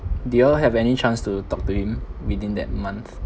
did you all have any chance to talk to him within that month